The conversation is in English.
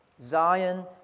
Zion